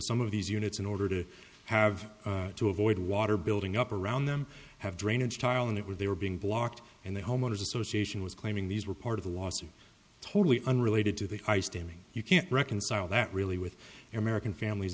some of these units in order to have to avoid water building up around them have drainage tile in it where they were being blocked and the homeowners association was claiming these were part of a lawsuit totally unrelated to the high standing you can't reconcile that really with american families